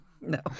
No